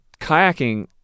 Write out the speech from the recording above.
kayaking